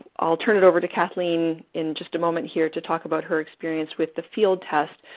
i'll turn it over to kathleen in just a moment here to talk about her experience with the field test.